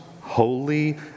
holy